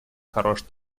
хорош